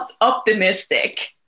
optimistic